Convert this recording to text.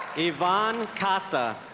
ivane kassa